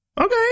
Okay